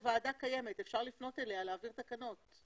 הוועדה קיימת ואפשר לפנות אליה ולהעביר תקנות.